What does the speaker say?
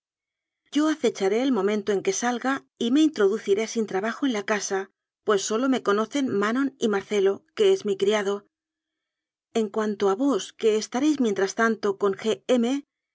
acecharé el momento en que salga y me introduciré sin trabajo en la casa pues sólo me conocen manon y marcelo que es mi criado en cuanto a vos que estaréis mientras tanto con